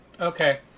Okay